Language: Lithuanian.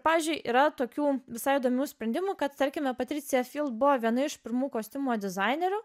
pavyzdžiui yra tokių visai įdomių sprendimų kad tarkime patricija buvo viena iš pirmų kostiumo dizainerių